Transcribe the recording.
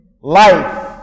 life